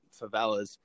favelas